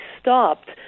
stopped